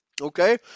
okay